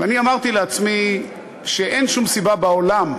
ואני אמרתי לעצמי שאין שום סיבה בעולם,